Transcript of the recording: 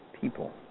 people